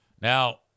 Now